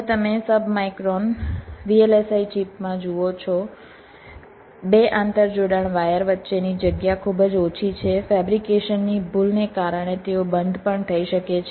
હવે તમે submicron VLSI ચિપમાં જુઓ છો 2 આંતરજોડાણ વાયર વચ્ચેની જગ્યા ખૂબ જ ઓછી છે ફેબ્રિકેશનની ભૂલને કારણે તેઓ બંધ પણ થઈ શકે છે